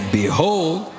behold